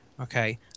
okay